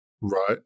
Right